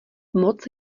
moc